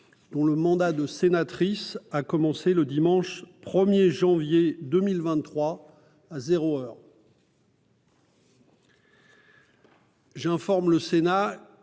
dont le mandat de sénatrice a commencé le dimanche 1 janvier 2023, à zéro heure. J'informe le Sénat